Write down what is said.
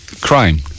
crime